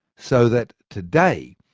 so that today,